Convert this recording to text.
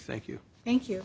thank you thank you